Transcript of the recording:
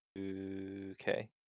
Okay